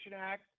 Act